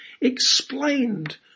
explained